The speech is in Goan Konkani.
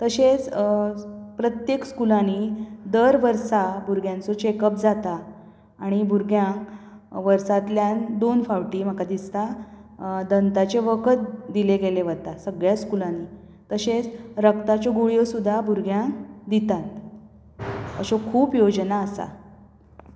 तशेंच प्रत्येक स्कुलांनी दर वर्सा भुरग्यांचो चेकअप जाता आनी भुरग्यांक वर्सांतल्यान दोन फावटीं म्हाका दिसता दंताचें वखद दिलें गेलें वता सगळ्या स्कुलांनी तशेंच रक्ताच्यो गुळयो सुद्दां भुरग्यांक दितात अश्यो खूब योजना आसा